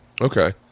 Okay